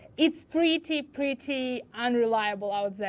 it's pretty, pretty unreliable out there.